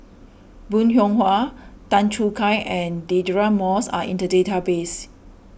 Bong Hiong Hwa Tan Choo Kai and Deirdre Moss are in the database